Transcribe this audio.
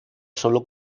solo